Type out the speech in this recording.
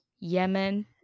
Yemen